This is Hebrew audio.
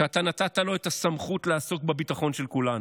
שאתה נתת לו את הסמכות לעסוק בביטחון של כולנו.